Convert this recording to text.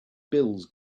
bills